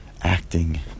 acting